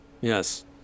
Yes